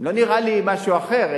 לא נראה לי משהו אחר.